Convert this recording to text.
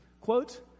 quote